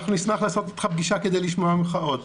אנחנו נשמח לעשות איתך פגישה כדי לשמוע ממך עוד.